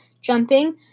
jumping